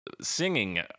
singing